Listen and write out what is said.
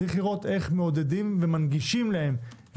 צריך לראות איך מעודדים ומנגישים לתושבים